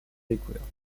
découverte